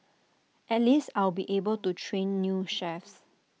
at least I'll be able to train new chefs